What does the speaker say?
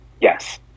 yes